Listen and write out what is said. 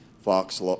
Fox